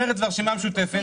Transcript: מרצ והרשימה המשותפת.